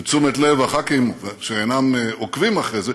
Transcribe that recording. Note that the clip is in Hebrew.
לתשומת לב הח"כים שאינם עוקבים אחרי זה,